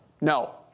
No